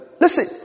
listen